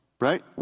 right